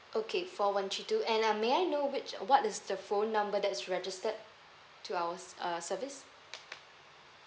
okay four one three two and I may I know which what is the phone number that's registered to ours uh service